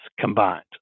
combined